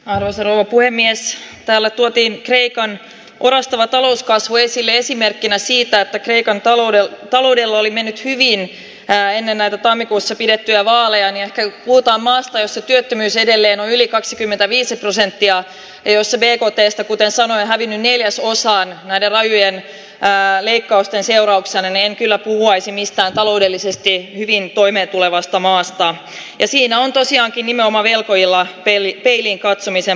aho sanoo puhemies alle tuotiin keikan orastava talouskasvu esille esimerkkinä siitä että kreikan talouden taloudella oli mennyt niin näen enää tammikuussa pidettyjä vaaleja ennen muuta maata jossa työttömyys edelleen yli kaksikymmentäviisi prosenttia jos se vie tuotteista kuten sanoin viinin neljäsosaa näiden lajien ja leikkausten seurauksena niin kyllä maisemistaan taloudellisesti hyvin toimeen tulevasta maastaan ja siinä on tosiaankin nimenomaan helpoilla eli peiliin katsomisen